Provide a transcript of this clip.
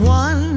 one